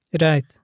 Right